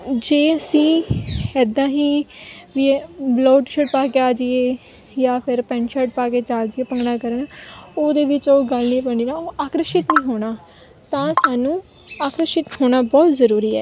ਜੇ ਅਸੀਂ ਇੱਦਾਂ ਹੀ ਵੀ ਵਲੋਟ ਸ਼ਰਟ ਪਾ ਕੇ ਆ ਜਾਈਏ ਜਾਂ ਫਿਰ ਪੈਂਟ ਸ਼ਰਟ ਪਾ ਕੇ ਆ ਜੀਏ ਭੰਗੜਾ ਕਰਨ ਉਹਦੇ ਵਿੱਚ ਉਹ ਗੱਲ ਨਹੀਂ ਬਣੀ ਨਾ ਉਹ ਆਕਰਸ਼ਿਤ ਨਹੀਂ ਹੋਣਾ ਤਾਂ ਸਾਨੂੰ ਆਕਰਸ਼ਿਤ ਹੋਣਾ ਬਹੁਤ ਜ਼ਰੂਰੀ ਹੈ